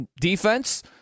defense